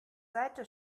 seite